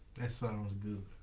sounds good.